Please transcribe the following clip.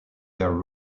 their